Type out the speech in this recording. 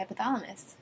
hypothalamus